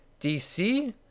DC